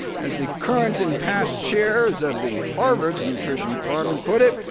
as the current and past chairs of the harvard's nutrition department put it,